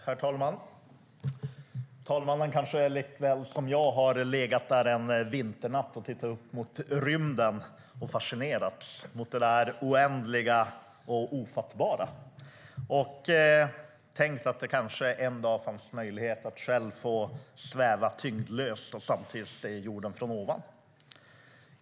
Herr talman! Talmannen har kanske liksom jag legat och tittat upp mot rymden en vinternatt, fascinerats av det oändliga och ofattbara och tänkt att det kanske en dag finns möjlighet att själv få sväva tyngdlöst och samtidigt se jorden från ovan.